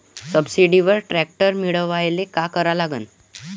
सबसिडीवर ट्रॅक्टर मिळवायले का करा लागन?